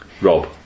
Rob